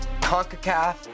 CONCACAF